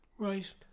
Right